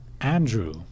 Andrew